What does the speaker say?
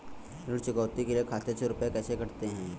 ऋण चुकौती के लिए खाते से रुपये कैसे कटते हैं?